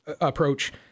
approach